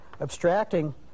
abstracting